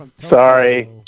Sorry